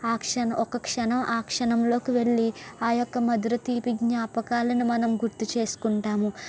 ఆ క్షణం ఒక్క క్షణం ఆ క్షణంలోకి వెళ్ళి ఆ యొక్క మధుర తీపి జ్ఞాపకాలను మనం గుర్తు చేసుకుంటాము